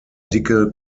dicke